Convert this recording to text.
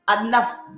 enough